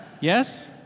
Yes